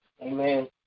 Amen